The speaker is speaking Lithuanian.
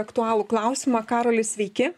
aktualų klausimą karoli sveiki